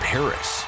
Paris